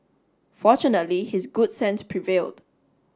fortunately his good sense prevailed